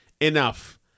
enough